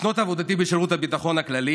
בשנות עבודתי בשירות הביטחון הכללי